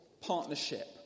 partnership